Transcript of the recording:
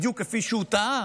בדיוק כפי שהוא טעה